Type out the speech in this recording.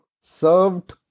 served